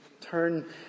turn